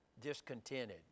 discontented